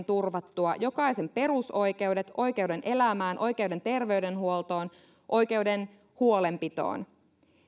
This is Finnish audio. turvattua jokaisen perusoikeudet oikeuden elämään oikeuden terveydenhuoltoon oikeuden huolenpitoon